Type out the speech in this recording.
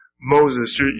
Moses